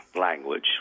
language